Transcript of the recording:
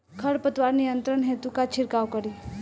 खर पतवार नियंत्रण हेतु का छिड़काव करी?